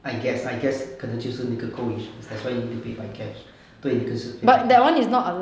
I guess I guess 可能就是那个 co insurance that's why you need to pay by cash 对那个是 pay by cash